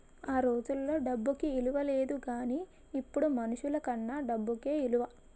ఆ రోజుల్లో డబ్బుకి ఇలువ లేదు గానీ ఇప్పుడు మనుషులకన్నా డబ్బుకే ఇలువ